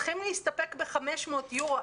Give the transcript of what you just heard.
צריכים להסתפק ב-500 יורו,